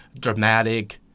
dramatic